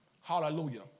Hallelujah